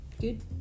good